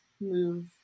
move